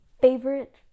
favorite